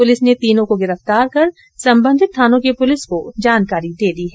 police ने तीनों को गिरफ्तार कर संबंधित थानों की पुलिस को जानकारी दे दी है